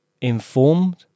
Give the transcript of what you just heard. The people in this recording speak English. informed